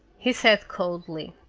he said coldly,